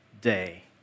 day